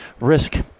risk